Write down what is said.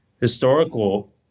historical